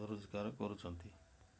ରୋଜଗାର କରୁଛନ୍ତି